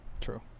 True